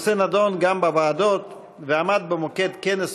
הנושא נדון גם בוועדות ועמד במוקד כנס